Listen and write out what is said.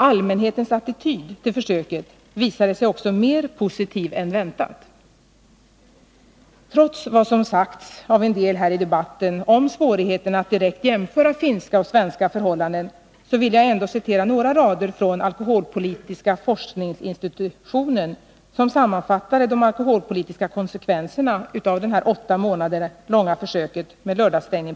Allmänhetens attityd till försöket visade sig också mer positiv än väntat. Trots vad som sagts av några här i debatten om svårigheterna att direkt jämföra finska och svenska förhållanden, vill jag citera några rader ur Alkoholpolitiska forskningsinstitutionens sammanfattning av de alkoholpolitiska konsekvenserna av det åtta månader långa försöket med lördagsstängning.